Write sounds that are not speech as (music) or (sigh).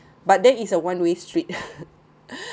but then is a one way street (laughs)